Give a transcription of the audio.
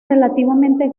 relativamente